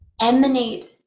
emanate